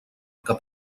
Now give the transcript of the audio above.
que